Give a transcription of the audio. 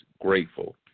grateful